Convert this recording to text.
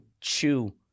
chew